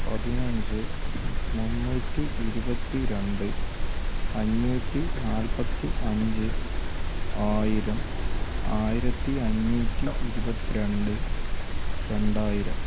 പതിനഞ്ച് മുന്നൂറ്റി ഇരുപത്തി രണ്ട് അഞ്ഞൂറ്റി നാൽപത്തി അഞ്ച് ആയിരം ആയിരത്തി അഞ്ഞൂറ്റി ഇരുപത്തിരണ്ട് രണ്ടായിരം